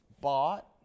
bought